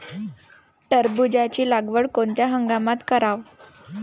टरबूजाची लागवड कोनत्या हंगामात कराव?